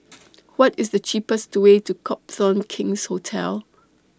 What IS The cheapest Way to Copthorne King's Hotel